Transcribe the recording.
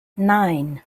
nine